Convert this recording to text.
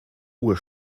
uhr